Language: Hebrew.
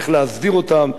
איך להסדיר אותם?